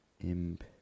Imp